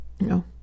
No